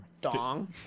dong